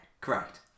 Correct